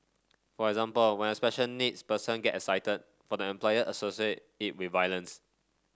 for example when a special needs person get excited for the employer associate it with violence